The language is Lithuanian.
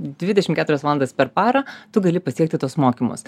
dvidešim keturias valandas per parą tu gali pasiekti tuos mokymus